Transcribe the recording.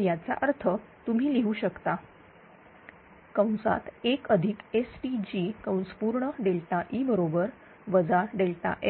तर याचा अर्थ तुम्ही लिहू शकता 1STg ΔE